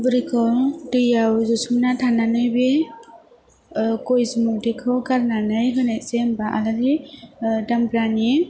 बुरैखौ दैआव जसोमना थानानै बे गय जुमोदैखौ गारनानै होनायसै होमबा आलारि दामब्रानि